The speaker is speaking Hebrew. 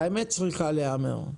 והאמת צריכה להיאמר,